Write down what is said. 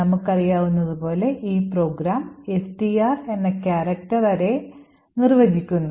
നമുക്കറിയാവുന്നതുപോലെ ഈ program str എന്ന character array നിർവചിക്കുന്നു